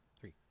Three